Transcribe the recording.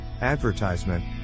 Advertisement